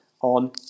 on